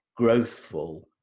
growthful